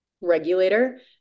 regulator